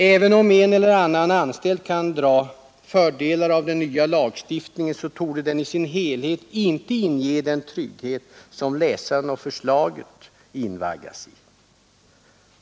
Även om en eller annan anställd kan dra fördelar av den nya lagstiftningen torde den i sin helhet inte inge den trygghet som läsaren av förslaget invaggas i.